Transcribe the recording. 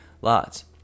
lots